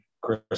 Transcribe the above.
Chris